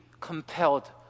compelled